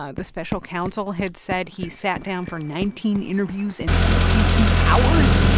ah the special counsel had said he sat down for nineteen interviews in sixty two hours